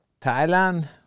Thailand